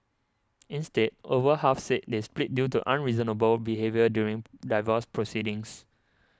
instead over half said they split due to unreasonable behaviour during divorce proceedings